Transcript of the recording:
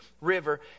river